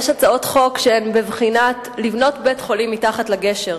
יש הצעות חוק שהן בבחינת לבנות בית-חולים מתחת לגשר.